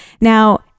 Now